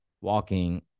walking